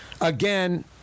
again